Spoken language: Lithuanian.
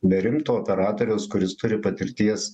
be rimto operatoriaus kuris turi patirties